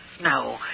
snow